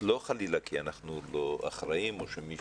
לא חלילה כי אנחנו לא אחראים או שמי